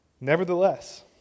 Nevertheless